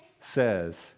says